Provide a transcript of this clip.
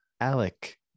Alec